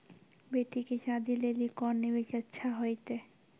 बेटी के शादी लेली कोंन निवेश अच्छा होइतै?